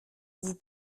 vous